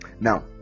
now